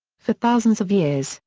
for thousands of years,